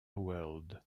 world